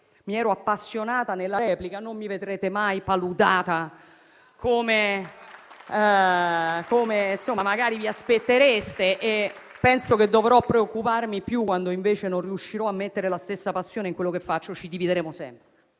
mi ero appassionata nella replica, ma non mi vedrete mai paludata, come magari vi aspettereste. Penso che dovrò preoccuparmi di più quando non riuscirò a mettere la stessa passione in quello che faccio. Ci divideremo sempre